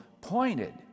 pointed